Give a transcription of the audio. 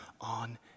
on